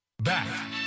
Back